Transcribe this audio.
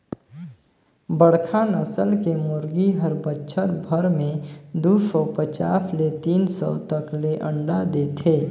बड़खा नसल के मुरगी हर बच्छर भर में दू सौ पचास ले तीन सौ तक ले अंडा देथे